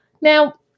Now